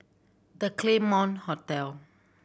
The Claremont Hotel